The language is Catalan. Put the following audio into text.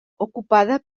ocupada